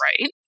Right